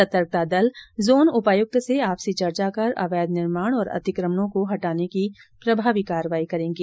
सर्तकत्ता दल जोन उपायुक्त से आपसी चर्चा कर अवैध निर्माण और अतिक्रमणों को हटाने की प्रभावी कार्रवाई करेंगे